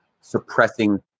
suppressing